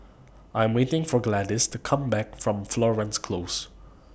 I Am waiting For Gladys to Come Back from Florence Close